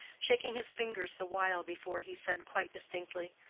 shaking his fingers the while, before he said, quite distinctly,